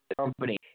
company